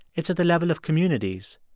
it's at the level of communities,